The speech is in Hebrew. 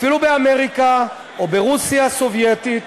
אפילו באמריקה או ברוסיה הסובייטית,